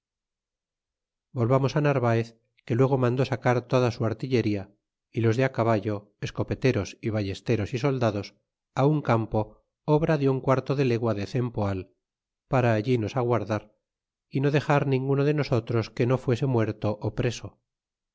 volvamos narvaez que luego mandó sacar toda su artillería y los de á caballo escopeteros y ballesteros y soldados á un campo obra de un quarto de legua de cempoal para allí nos aguardar y no dexar ninguno de nosotros que no fuese muerto ó preso